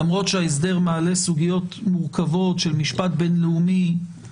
למרות שההסדר מעלה סוגיות מורכבות של משפט בין-לאומי,